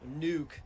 Nuke